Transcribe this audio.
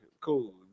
Cool